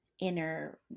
inner